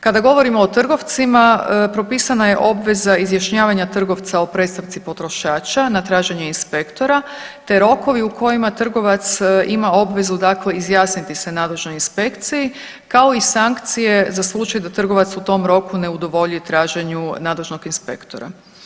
Kada govorimo o trgovcima propisana je obveza izjašnjavanja trgovca o predstavci potrošača na traženje inspektora, te rokovi u kojima trgovac ima obvezu, dakle izjasniti se nadležnoj inspekciji kao i sankcije za slučaj d trgovac u tom roku ne udovolji traženju nadležnog inspektora.